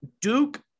Duke